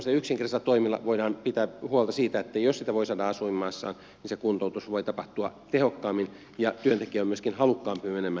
tämmöisillä yksinkertaisilla toimilla voidaan pitää huolta siitä että jos sitä voi saada asuinmaassaan niin se kuntoutus voi tapahtua tehokkaammin ja työntekijä on myöskin halukkaampi menemään siihen kuntoutukseen